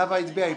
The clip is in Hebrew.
לא, אתה לא הצבעת.